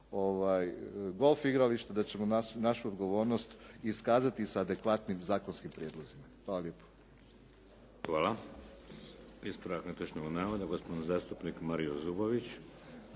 golf igrališta da ćemo našu odgovornost iskazati sa adekvatnim zakonskim prijedlozima. Hvala lijepo. **Šeks, Vladimir (HDZ)** Hvala. Ispravak netočnog navoda, gospodin zastupnik Mario Zubović.